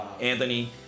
Anthony